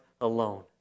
alone